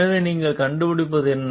எனவே நீங்கள் கண்டுபிடிப்பது என்ன